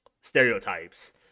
stereotypes